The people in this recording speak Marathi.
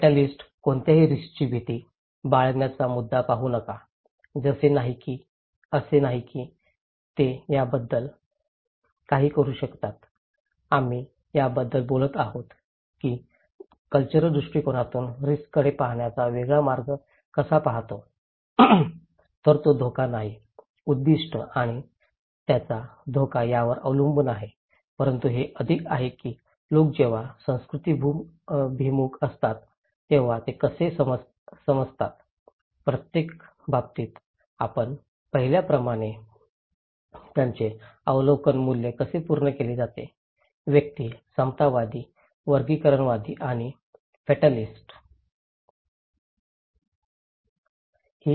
फॅटालिस्ट्स कोणत्याही रिस्कची भीती बाळगण्याचा मुद्दा पाहू नका असे नाही की ते त्यांच्याबद्दल काहीही करू शकतात आम्ही याबद्दल बोलत आहोत की कॅल्चरल दृष्टिकोनातून रिस्ककडे पाहण्याचा वेगळा मार्ग कसा पाहतो तर तो धोका नाही उद्दीष्ट आणि त्याचा धोका यावर अवलंबून आहे परंतु हे अधिक आहे की लोक जेव्हा संस्कृतीभिमुख असतात तेव्हा ते कसे समजतात प्रत्येक बाबतीत आपण पाहिल्याप्रमाणे त्यांचे आकलन मूल्य कसे पूर्ण केले जाते व्यक्ती समतावादी वर्गीकरणवादी आणि फॅटालिस्ट्स